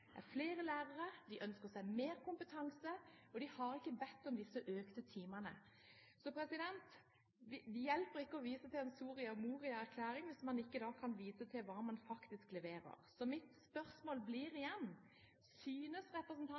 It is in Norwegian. er flere lærere, de ønsker seg mer kompetanse, og de har ikke bedt om disse økte antall timer. Det hjelper ikke å vise til en Soria Moria-erklæring hvis man ikke kan vise til hva man faktisk leverer. Så mitt spørsmål blir igjen: Synes representanten